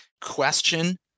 question